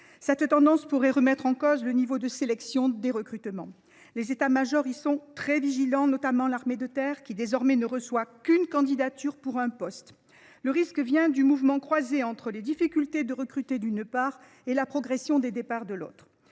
Cette tendance pourrait remettre en cause le niveau de recrutement. Les états majors y sont très vigilants, notamment l’armée de terre, qui, désormais, ne reçoit qu’une candidature pour un poste. Les armées font face à un mouvement croisé entre les difficultés à recruter, d’une part, et la progression des départs, de l’autre,